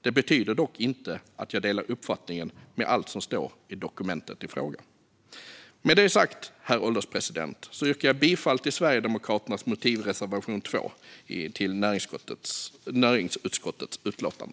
Det betyder dock inte att jag delar uppfattning om allt som står i dokumentet i fråga. Med det sagt, herr ålderspresident, yrkar jag bifall till Sverigedemokraternas motivreservation 2 till näringsutskottets utlåtande.